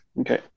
okay